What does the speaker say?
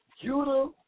Judah